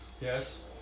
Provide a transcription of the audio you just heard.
Yes